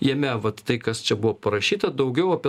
jame vat tai kas čia buvo parašyta daugiau apie